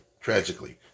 tragically